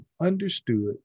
understood